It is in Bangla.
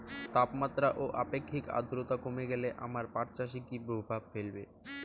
তাপমাত্রা ও আপেক্ষিক আদ্রর্তা কমে গেলে আমার পাট চাষে কী প্রভাব ফেলবে?